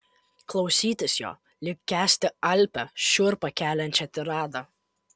klausytis jo lyg kęsti alpią šiurpą keliančią tiradą